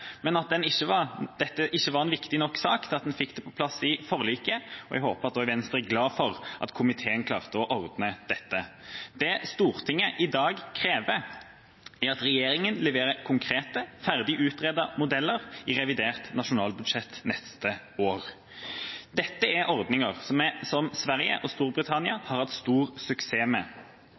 at Venstre jubler, men at dette ikke var en viktig nok sak til at en fikk det på plass i forliket. Jeg håper at også Venstre er glade for at komiteen klarte å ordne dette. Det Stortinget i dag krever, er at regjeringa leverer konkrete, ferdig utredete modeller i revidert nasjonalbudsjett neste år. Dette er ordninger som Sverige og Storbritannia har hatt stor suksess med.